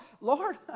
Lord